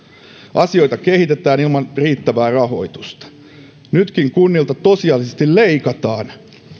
asioita kehitetään ilman riittävää rahoitusta nytkin kunnilta tosiasiallisesti leikataan